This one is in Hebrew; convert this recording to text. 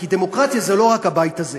כי דמוקרטיה זה לא רק הבית הזה,